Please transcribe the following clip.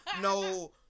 no